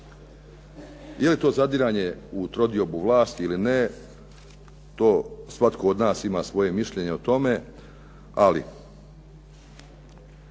Je li to zadiranje u trodiobu vlasti ili ne, to svatko od nas ima svoje mišljenje o tome, ali